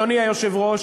אדוני היושב-ראש,